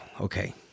okay